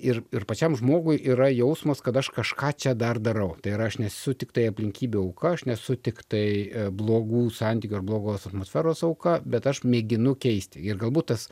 ir ir pačiam žmogui yra jausmas kad aš kažką čia dar darau ir aš nesu tiktai aplinkybių auka aš nesu tiktai blogų santykių ar blogos atmosferos auka bet aš mėginu keisti ir galbūt tas